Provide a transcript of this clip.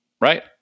right